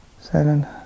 seven